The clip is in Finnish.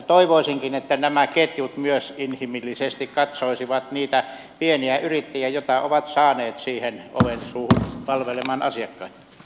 toivoisinkin että nämä ketjut myös inhimillisesti katsoisivat niitä pienyrittäjiä joita ovat saaneet siihen ovensuuhun palvelemaan asiakkaita